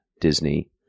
Disney